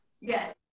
Yes